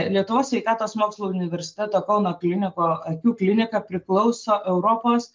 lietuvos sveikatos mokslų universiteto kauno klinikų akių klinika priklauso europos